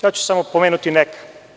Ja ću samo pomenuti neke.